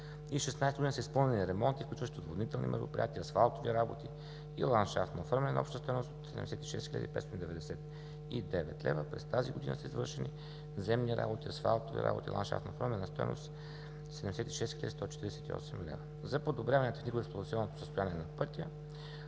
2016 г. са изпълнени ремонти, включващи отводнителни мероприятия, асфалтови работи и ландшафтно оформяне на обща стойност от 76 хил. 599 лв. През тази година са извършени наземни работи, асфалтови работи, ландшафтно оформяне на стойност 76 хил. 148 лв. За подобряване на технико-експлоатационното състояние на път